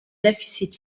dèficit